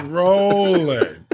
rolling